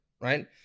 right